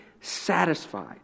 satisfied